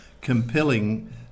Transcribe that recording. compelling